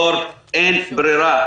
דור, אין ברירה.